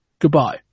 Goodbye